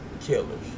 killers